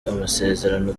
amasezerano